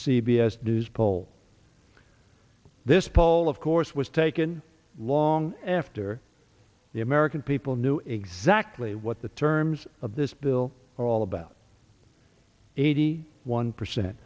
s news poll this poll of course was taken long after the american people knew exactly what the terms of this bill are all about eighty one percent